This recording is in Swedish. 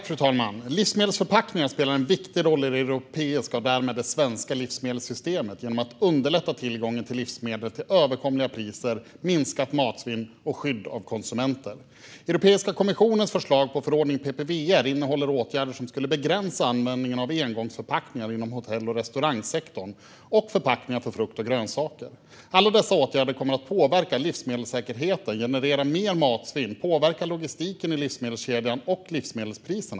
Fru talman! Livsmedelsförpackningar spelar en viktig roll i det europeiska och därmed det svenska livsmedelssystemet genom att underlätta tillgången till livsmedel till överkomliga priser, minskat matsvinn och skydd för konsumenter. Europeiska kommissionens förslag på förordning PPWR innehåller åtgärder som skulle begränsa användningen av engångsförpackningar inom hotell och restaurangsektorn och förpackningar för frukt och grönsaker. Alla dessa åtgärder kommer att påverka livsmedelssäkerheten, generera mer matsvinn och påverka logistiken i livsmedelskedjan och livsmedelspriserna.